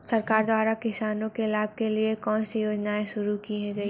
सरकार द्वारा किसानों के लाभ के लिए कौन सी योजनाएँ शुरू की गईं?